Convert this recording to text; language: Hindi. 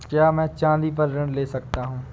क्या मैं चाँदी पर ऋण ले सकता हूँ?